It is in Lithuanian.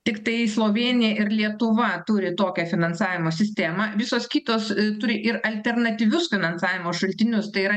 tiktai slovėnija ir lietuva turi tokią finansavimo sistemą visos kitos turi ir alternatyvius finansavimo šaltinius tai yra